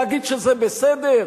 להגיד שזה בסדר?